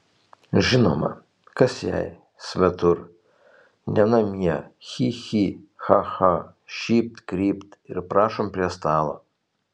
žinoma kas jai svetur ne namie chi chi cha cha šypt krypt ir prašom prie stalo